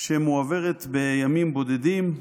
שמועברת בימים בודדים,